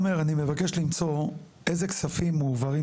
לאלמוני שילמתי כפול.